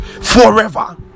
forever